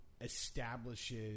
Establishes